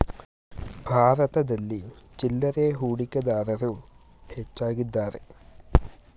ಭಾರತದಲ್ಲಿ ಚಿಲ್ಲರೆ ಹೂಡಿಕೆದಾರರು ಹೆಚ್ಚಾಗಿದ್ದಾರೆ